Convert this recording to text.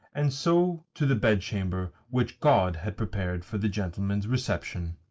and so to the bedchamber which god had prepared for the gentleman's reception.